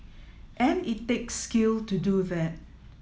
and it takes skill to do that